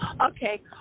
Okay